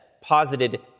posited